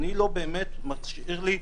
אני לא באמת משאיר לי פרצה.